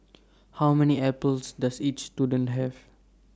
how many apples does each student have